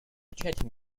chatting